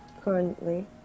Currently